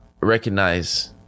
recognize